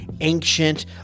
ancient